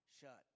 shut